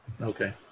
Okay